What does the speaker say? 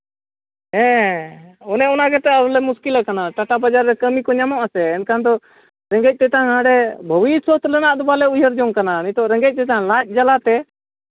ᱦᱮᱸ ᱚᱱᱮ ᱚᱱᱟ ᱜᱮᱛᱚ ᱟᱞᱮ ᱢᱩᱥᱠᱤᱞ ᱠᱟᱱᱟ ᱴᱟᱠᱟ ᱵᱟᱡᱟᱨ ᱨᱮ ᱠᱟᱹᱢᱤ ᱠᱚ ᱧᱟᱢᱚᱜ ᱟᱥᱮ ᱮᱱᱠᱷᱟᱱ ᱫᱚ ᱨᱮᱸᱜᱮᱡ ᱛᱮᱛᱟᱝ ᱱᱚᱰᱮ ᱵᱷᱚᱵᱤᱥᱥᱚᱛ ᱨᱮᱱᱟᱜ ᱫᱚ ᱵᱟᱞᱮ ᱩᱭᱦᱟᱹᱨ ᱡᱚᱝ ᱠᱟᱱᱟ ᱱᱤᱛᱚᱜ ᱨᱮᱸᱜᱮᱡ ᱛᱮᱛᱟᱝ ᱞᱟᱡ ᱡᱟᱞᱟ ᱛᱮ